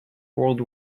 world